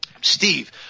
Steve